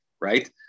right